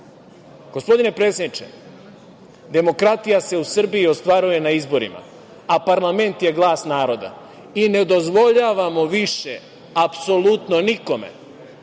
gospodine predsedniče, demokratija se u Srbiji ostvaruje na izborima, a parlament je glas naroda. Ne dozvoljavamo više, apsolutno nikome,